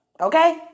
Okay